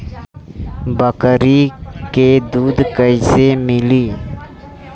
बकरी क दूध कईसे मिली?